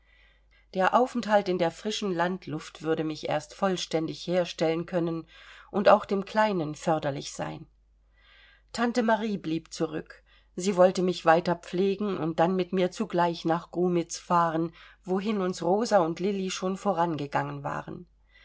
der aufenthalt in der frischen landluft würde mich erst vollständig herstellen können und auch dem kleinen förderlich sein tante marie blieb zurück sie wollte mich weiter pflegen und dann mit mir zugleich nach grumitz fahren wohin uns rosa und lilli schon vorangegangen waren